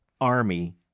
Army